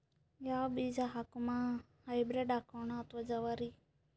ಯಾವ ಬೀಜ ಹಾಕುಮ, ಹೈಬ್ರಿಡ್ ಹಾಕೋಣ ಅಥವಾ ಜವಾರಿ?